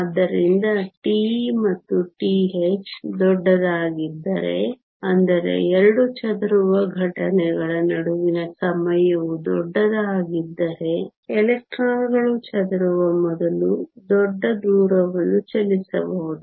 ಆದ್ದರಿಂದ τe ಮತ್ತು τh ದೊಡ್ಡದಾಗಿದ್ದರೆ ಅಂದರೆ ಎರಡು ಚದುರುವ ಘಟನೆಗಳ ನಡುವಿನ ಸಮಯವು ದೊಡ್ಡದಾಗಿದ್ದರೆ ಎಲೆಕ್ಟ್ರಾನ್ಗಳು ಚದುರುವ ಮೊದಲು ದೊಡ್ಡ ದೂರವನ್ನು ಚಲಿಸಬಹುದು